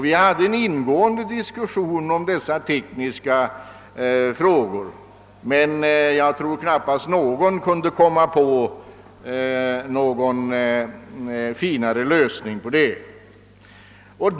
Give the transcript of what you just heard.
Vi förde en ingående diskussion om dessa tekniska frågor, men jag tror knappast att någon kunde komma på någon godtagbar lösning.